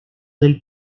del